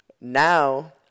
Now